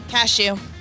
Cashew